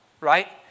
right